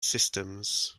systems